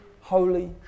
holy